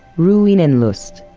ruinenlust,